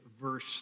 verse